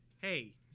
Hey